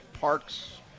Parks